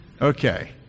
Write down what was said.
Okay